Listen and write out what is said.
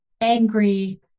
angry